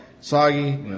soggy